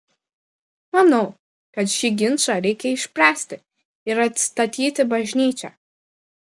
manau kad šį ginčą reikia išspręsti ir atstatyti bažnyčią